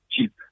cheap